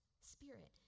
spirit